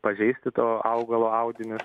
pažeisti to augalo audinius